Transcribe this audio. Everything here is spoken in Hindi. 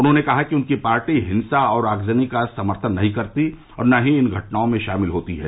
उन्होंने कहा कि उनकी पार्टी हिंसा और आगजनी का सम्थन नहीं करती और न ही इन घटनाओं में शामिल होती है